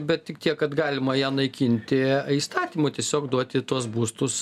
bet tik tiek kad galima ją naikinti įstatymu tiesiog duoti tuos būstus